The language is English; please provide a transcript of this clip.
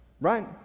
Right